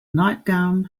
nightgown